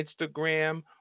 Instagram